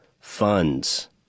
funds